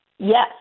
Yes